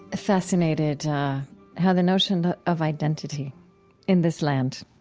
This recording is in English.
fascinated how the notion of identity in this land